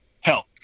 help